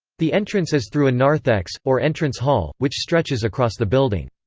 the entrance is through a narthex, or entrance hall, which stretches across the building.